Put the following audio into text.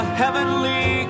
heavenly